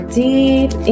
deep